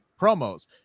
promos